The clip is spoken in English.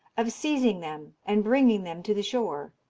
of seizing them and bringing them to the shore.